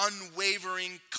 unwavering